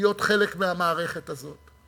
ולהיות חלק מהמערכת הזאת.